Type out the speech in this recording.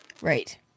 Right